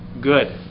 Good